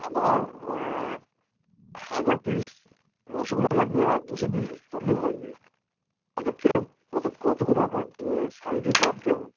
আমার হাজার পিস রসগোল্লা লাগবে আর দুশো পিস সন্দেশ লাগবে আচ্ছা কীরকম কত কত করে আপনার সাইজের দাম কেমন